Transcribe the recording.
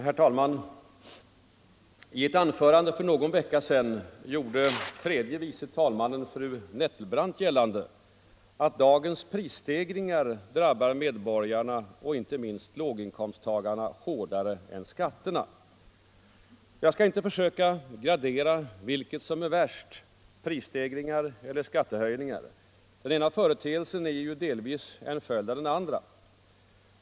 Herr talman! I ett anförande för någon vecka sedan gjorde fru tredje vice talmannen Nettelbrandt gällande, att dagens prisstegringar drabbar medborgarna och inte minst låginkomsttagarna hårdare än skatterna. Jag skall inte försöka gradera vilket som är värst, prisstegringar eller skattehöjningar. Den ena företeelsen är ju delvis en följd av den andra.